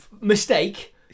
mistake